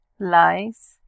Lies